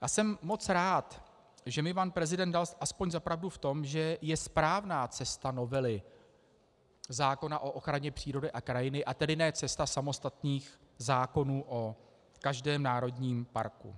A jsem moc rád, že mi pan prezident dal aspoň za pravdu v tom, že je správná cesta novely zákona o ochraně přírody a krajiny, a tedy ne cesta samostatných zákonů o každém národním parku.